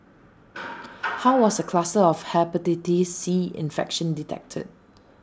how was the cluster of Hepatitis C infection detected